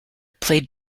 played